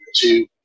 two